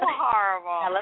horrible